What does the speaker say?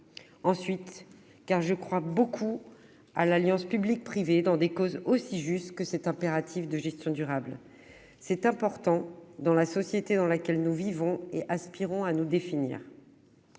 En outre, car je crois beaucoup à l'alliance public-privé dans des causes aussi justes que cet impératif de gestion durable. C'est important dans la société dans laquelle nous vivons et aspirons à nous définir.